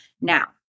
Now